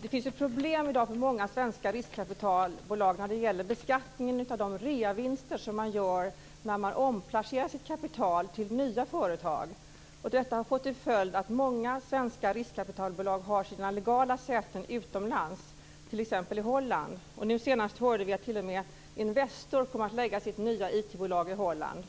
Det finns i dag problem för många svenska riskkapitalbolag när det gäller beskattningen av de reavinster som man gör när man omplacerar sitt kapital till nya företag. Detta har fått till följd att många svenska riskkapitalbolag har sina legala säten utomlands, t.ex. i Holland. Nu senast hörde vi att t.o.m. Investor kommer att lägga sitt nya IT-bolag i Holland.